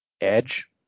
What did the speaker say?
Edge